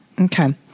Okay